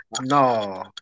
no